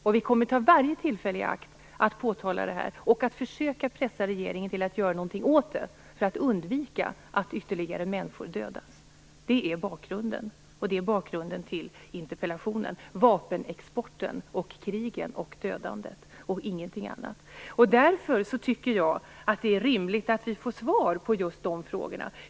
Och vi kommer att ta varje tillfälle i akt att påtala detta och att försöka pressa regeringen till att göra något åt det för att undvika att ytterligare människor dödas. Det är bakgrunden. Vapenexporten, krigen och dödandet, ingenting annat, är bakgrunden till interpellationen. Därför tycker jag att det är rimligt att vi får svar på just de frågorna.